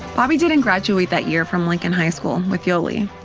bobby didn't graduate that year from lincoln high school with yoli.